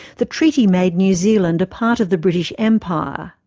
the treaty made new zealand a part of the british empire.